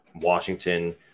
Washington